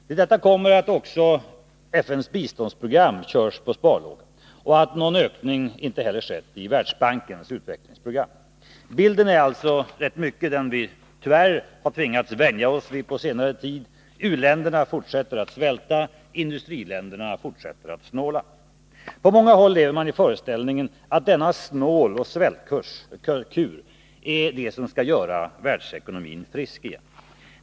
Till detta kommer att också FN:s biståndsprogram körs på sparlåga och att någon ökning inte heller har skett i Världsbankens utvecklingsprogram. Bilden är alltså den som vi tyvärr har tvingats vänja oss vid på senare tid. U-länderna fortsätter att svälta, industriländerna fortsätter att snåla. På många håll lever man i föreställningen att denna snåloch svältkur är det som skall göra världsekonomin frisk igen.